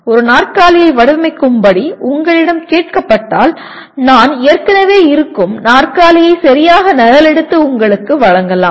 ஒரு நாற்காலியை வடிவமைக்கும்படி உங்களிடம் கேட்கப்பட்டால் நான் ஏற்கனவே இருக்கும் நாற்காலியை சரியாக நகலெடுத்து உங்களுக்கு வழங்கலாம்